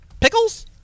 pickles